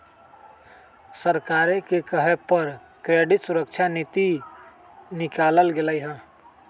सरकारे के कहे पर क्रेडिट सुरक्षा नीति निकालल गेलई ह